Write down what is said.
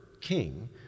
king